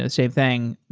and same thing,